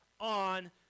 on